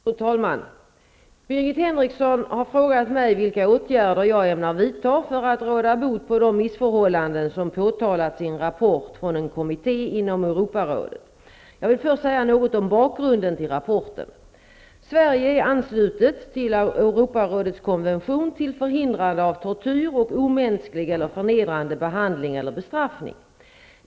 Fru talman! Birgit Henriksson har frågat mig vilka åtgärder jag ämnar vidta för att råda bot på de missförhållanden som påtalats i en rapport från en kommitté inom Europarådet. Jag vill först säga något om bakgrunden till rapporten. Sverige är anslutet till Europarådets konvention till förhindrande av tortyr och omänsklig eller förnedrande behandling eller bestraffning.